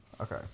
Okay